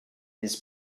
his